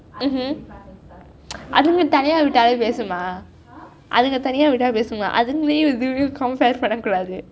hmm mm அதுங்க கிட்டே பேசினால் நீ என்ன சொல்லுவே அதுங்க தனியா விட்டா பேசும் அதுங்களேயும் இதுவேயும்:athunka kittei pesinaal ni enna solluvei athunka taniya vitta pesum athunkaleiyum ithuveiyum confess பன்னக்கூடாது:pannakudathu